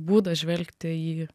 būdas žvelgti į